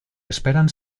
esperan